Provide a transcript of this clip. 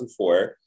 2004